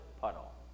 puddle